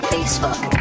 Facebook